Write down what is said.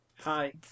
Hi